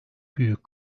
büyük